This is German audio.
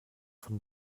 von